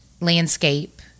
landscape